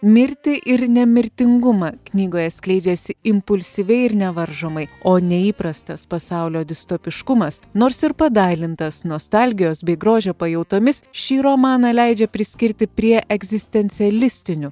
mirtį ir nemirtingumą knygoje skleidžiasi impulsyviai ir nevaržomai o neįprastas pasaulio distopiškumas nors ir padailintas nostalgijos bei grožio pajautomis šį romaną leidžia priskirti prie egzistencialistinių